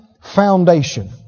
foundation